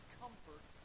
comfort